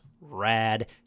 rad